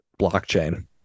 blockchain